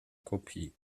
kopie